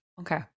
okay